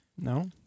No